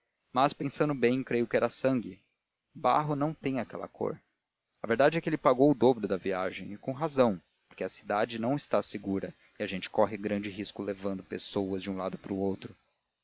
mas pensando bem creio que era sangue barro não tem aquela cor a verdade é que ele pagou o dobro da viagem e com razão porque a cidade não está segura e a gente corre grande risco levando pessoas de um lado para outro